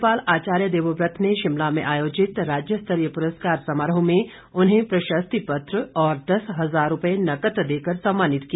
राज्यपाल आचार्य देवव्रत ने शिमला में आयोजित राज्यस्तरीय पुरस्कार समारोह में उन्हें प्रशस्ति पत्र और दस हजार रुपये नकद देकर सम्मानित किया